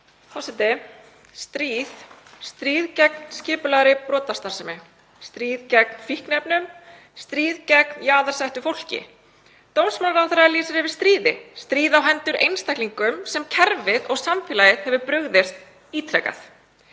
Forseti. Stríð. Stríð gegn skipulagðri brotastarfsemi, stríð gegn fíkniefnum, stríð gegn jaðarsettu fólki. Dómsmálaráðherra lýsir yfir stríði; stríði á hendur einstaklingum sem kerfið og samfélagið hefur brugðist ítrekað.